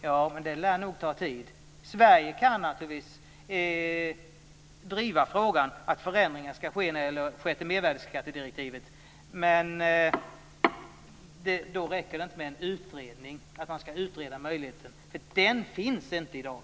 Ja, men det lär nog ta tid. Sverige kan naturligtvis driva frågan om att förändringar ska ske när det gäller det sjätte mervärdesskattedirektivet. Men då räcker det inte med en utredning av möjligheten, för den finns inte i dag.